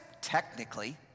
technically